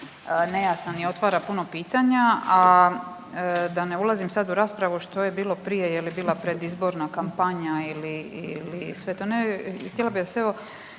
nejasan i otvara puno pitanja, a da ne ulazim sad u raspravu što je bilo prije je li bila predizborna kampanja ili sve to, htjela bih vas